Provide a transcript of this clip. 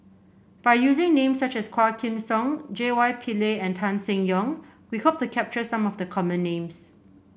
by using names such as Quah Kim Song J Y Pillay and Tan Seng Yong we hope to capture some of the common names